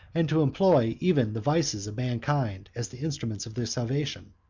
and to employ even the vices of mankind as the instruments of their salvation.